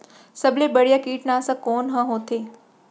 सबले बढ़िया कीटनाशक कोन ह होथे?